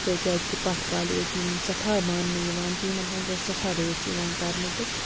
تہٕ کیازِ کہِ پَتھ کالہِ اوس یِم سٮ۪ٹھاہ مانٛنہٕ یِوان تہٕ یِمَن ہٕنٛز ٲس سٮ۪ٹھاہ رٲچھ یِوان کرنہٕ تہٕ